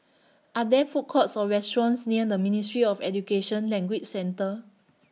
Are There Food Courts Or restaurants near The Ministry of Education Language Centre